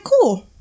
cool